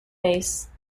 base